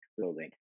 building